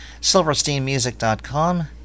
SilversteinMusic.com